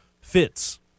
fits